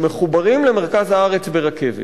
שמחוברים למרכז הארץ ברכבת.